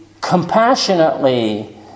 compassionately